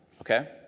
okay